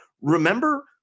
Remember